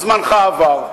זמנך עבר.